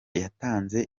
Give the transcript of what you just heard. yatanze